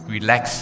Relax